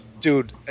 dude